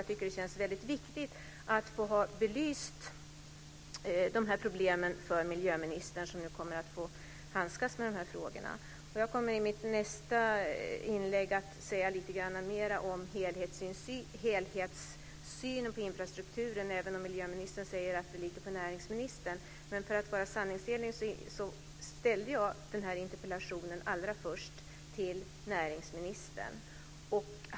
Jag tycker att det känns väldigt viktigt att belysa de här problemen för miljöministern, som nu kommer att få handskas med de här frågorna. Jag kommer i mitt nästa inlägg att säga lite mer om helhetssynen på infrastrukturen även om miljöministern säger att det ligger på näringsministern. Men för att vara sanningsenlig vill jag säga att jag ställde den här interpellationen allra först till näringsministern.